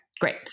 great